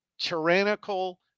tyrannical